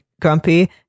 grumpy